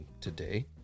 today